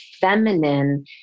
feminine